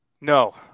no